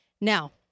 Now